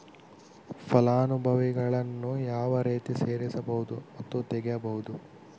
ಫಲಾನುಭವಿಗಳನ್ನು ಯಾವ ರೇತಿ ಸೇರಿಸಬಹುದು ಮತ್ತು ತೆಗೆಯಬಹುದು?